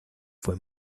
fue